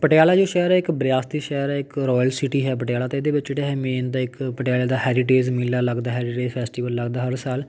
ਪਟਿਆਲਾ ਜੋ ਸ਼ਹਿਰ ਹੈ ਇੱਕ ਵਿਰਾਸਤੀ ਸ਼ਹਿਰ ਹੈ ਇੱਕ ਰੋਇਲ ਸਿਟੀ ਹੈ ਪਟਿਆਲਾ ਤਾਂ ਇਹਦੇ ਵਿੱਚ ਜਿਹੜਾ ਹੈ ਮੇਨ ਤਾਂ ਇੱਕ ਪਟਿਆਲੇ ਦਾ ਹੈਰੀਟੇਜ਼ ਮੇਲਾ ਲੱਗਦਾ ਹੈਰੀਟੇਜ਼ ਫੈਸਟੀਵਲ ਲੱਗਦਾ ਹਰ ਸਾਲ